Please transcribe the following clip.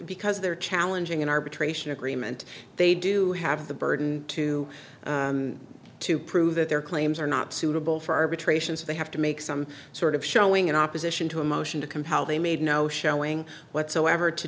because they're challenging an arbitration agreement they do have the burden to to prove that their claims are not suitable for arbitrations they have to make some sort of showing in opposition to a motion to compel they made no showing whatsoever to